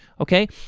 okay